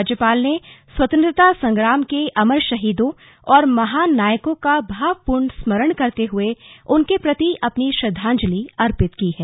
राज्यपाल ने स्वतंत्रता संग्राम के अमर शहीदों और महान नायकों का भावपूर्ण स्मरण करते हुए उनके प्रति अपनी श्रद्धांजलि अर्पित की है